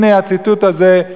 הנה הציטוט הזה.